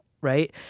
right